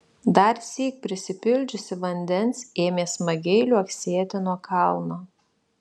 darsyk prisipildžiusi vandens ėmė smagiai liuoksėti nuo kalno